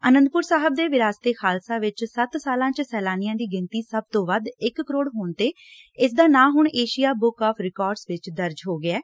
ਆਨੰਦਪੁਰ ਸਾਹਿਬ ਦੇ ਵਿਰਾਸਤ ਏ ਖਾਲਸਾ 'ਚ ਸੱਤ ਸਾਲਾਂ 'ਚ ਸੈਲਾਨੀਆਂ ਦੀ ਗਿਣਤੀ ਰਿਕਾਰਡ ਇੱਕ ਕਰੋੜ ਹੋਣ ਤੇ ਇਸਦਾ ਨਾਂ ਹੁਣ ਏਸ਼ੀਆ ਬੁੱਕ ਆਫ ਰਿਕਾਰਡਜ ਵਿੱਚ ਦਰਜ ਹੋ ਗਿਐ